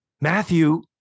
Matthew